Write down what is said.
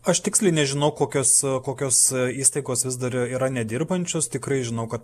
aš tiksliai nežinau kokios kokios įstaigos vis dar yra nedirbančios tikrai žinau kad